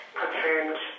confirmed